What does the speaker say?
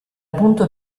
punto